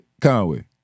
Conway